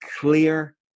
clear